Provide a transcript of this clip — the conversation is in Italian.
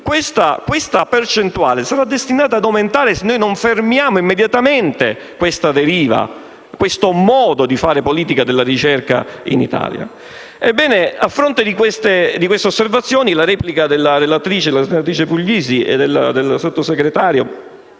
questa percentuale sarà destinata ad aumentare se non fermiamo immediatamente questa deriva, questo modo di fare politica della ricerca in Italia. Ebbene, a fronte di tali osservazioni, la replica della relatrice Puglisi e del sottosegretario